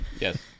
yes